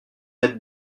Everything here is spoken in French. aide